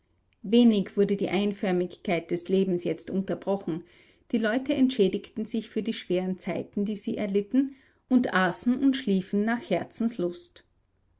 wenig wurde die einförmigkeit des lebens jetzt unterbrochen die leute entschädigten sich für die schweren zeiten die sie erlitten und aßen und schliefen nach herzenslust